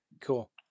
cool